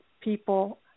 people